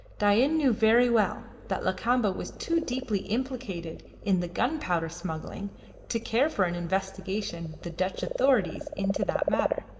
dain knew very well that lakamba was too deeply implicated in the gunpowder smuggling to care for an investigation the dutch authorities into that matter.